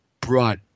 brought